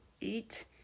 eat